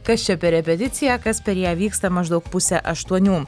kas čia per repeticija kas per ją vyksta maždaug pusę aštuonių